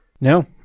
no